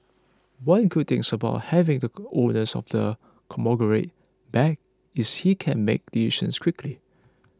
one good thing about having the owner of the conglomerate back is he can make decisions quickly